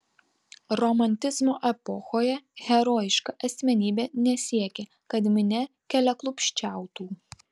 romantizmo epochoje herojiška asmenybė nesiekė kad minia keliaklupsčiautų